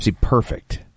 perfect